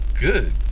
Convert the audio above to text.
good